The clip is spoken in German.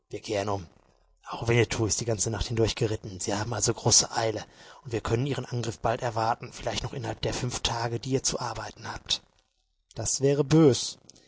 auch winnetou ist die ganze nacht hindurch geritten sie haben also große eile und wir können ihren angriff bald erwarten vielleicht noch innerhalb der fünf tage die ihr zu arbeiten habt das wäre bös